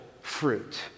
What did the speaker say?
fruit